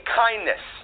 kindness